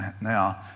now